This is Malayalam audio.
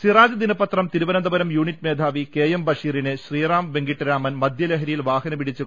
സിറാജ് ദിനപത്രം തിരുവനന്തപുരം യൂനിറ്റ് മേധാവി കെ എം ബഷീറിനെ ശ്രീറാം വെങ്കിട്ടരാമൻ മദ്യലഹരിയിൽ വാഹനമിടിച്ചു